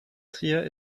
trier